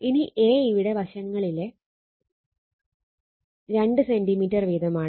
ഇനി A ഇവിടെ വശങ്ങളിലെ 2 സെന്റിമീറ്റർ വീതമാണ്